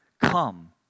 Come